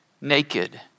naked